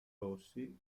rossi